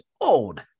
old